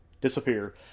disappear